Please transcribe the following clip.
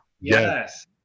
Yes